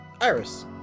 Iris